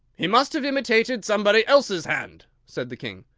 he must have imitated somebody else's hand, said the king.